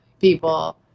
people